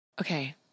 Okay